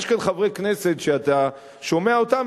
אז יש כאן חברי כנסת שאתה שומע אותם,